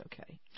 okay